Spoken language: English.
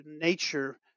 nature